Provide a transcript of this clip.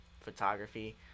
photography